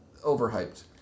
overhyped